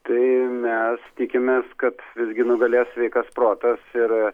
tai mes tikimės kad visgi nugalės sveikas protas ir